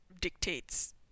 dictates